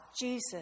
Jesus